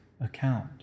account